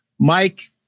Mike